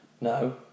no